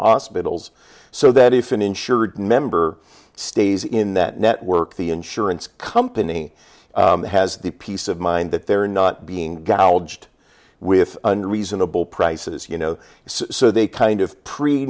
hospitals so that if an insured member stays in that network the insurance company has the peace of mind that they're not being gouged with reasonable prices you know so they kind of pr